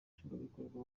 nshingwabikorwa